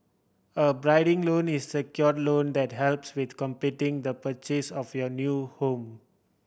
a bridging loan is secured loan that helps with completing the purchase of your new home